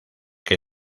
que